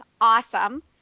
awesome